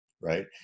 right